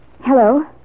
Hello